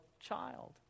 child